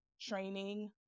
training